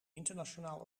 internationaal